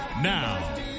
Now